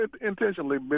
intentionally